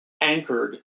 anchored